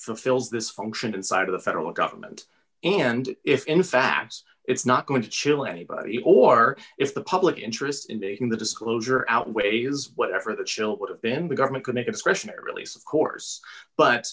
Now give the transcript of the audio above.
fulfills this function inside of the federal government and if in fact it's not going to chill anybody or if the public interest in the disclosure outweighs whatever the chill would have been the government could make a discretionary release of course but